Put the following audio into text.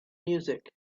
music